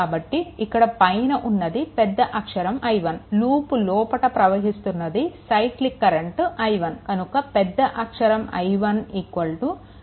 కాబట్టి ఇక్కడ పైన ఉన్నది పెద్ద అక్షరం I1 లూప్ లోపట ప్రవహిస్తున్నది సైక్లిక్ కరెంట్ i1 కనుక పెద్ద అక్షరం I1 లూప్ లో ఉన్న చిన్న i1 కరెంట్